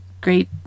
great